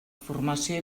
formació